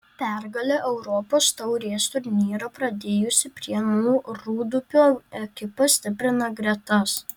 pergale europos taurės turnyrą pradėjusi prienų rūdupio ekipa stiprina gretas